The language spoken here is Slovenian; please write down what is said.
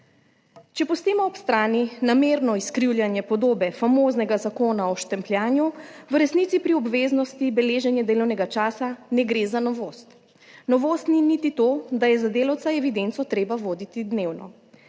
Če pustimo ob strani namerno izkrivljanje podobe famoznega zakona o štempljanju, v resnici pri obveznosti beleženja delovnega časa ne gre za novost. Novost ni niti to, da je za delavca evidenco treba voditi dnevno.